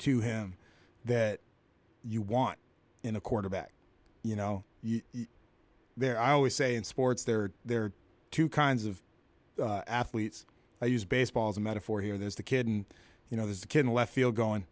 to him that you want in a quarterback you know there i always say in sports there there are two kinds of athletes i use baseball as a metaphor here there's the kid and you know there's a kid in left field